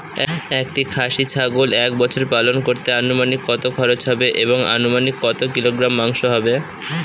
একটি খাসি ছাগল এক বছর পালন করতে অনুমানিক কত খরচ হবে এবং অনুমানিক কত কিলোগ্রাম মাংস হবে?